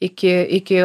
iki iki